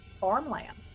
farmland